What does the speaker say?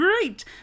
great